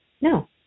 no